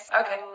Okay